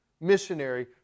missionary